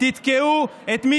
תתקעו את תקנות איו"ש,